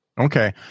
Okay